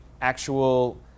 actual